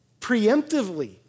Preemptively